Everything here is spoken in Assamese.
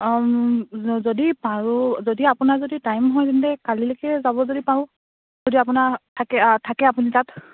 যদি পাৰোঁ যদি আপোনাৰ যদি টাইম হয় তেন্তে কালিলৈকে যাব যদি পাৰোঁ যদি আপোনাৰ থাকে থাকে আপুনি তাত